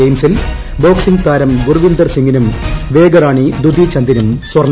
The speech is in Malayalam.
ഗെയിംസിൽ ബോക്സിംഗ് താരം ഗുർവിന്ദർ സിംഗിനും വേഗറാണി ദുതി ചന്ദിനും സ്വർണ്ണം